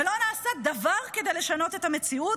ולא נעשה דבר כדי לשנות את המציאות,